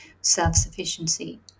self-sufficiency